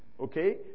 Okay